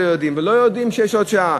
ולא יודעים שיש עוד שעה?